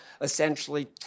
essentially